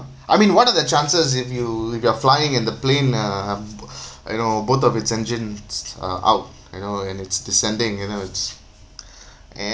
I mean what are the chances if you if you are flying in the plane uh um you know both of its engines are out you know and its descending you know it's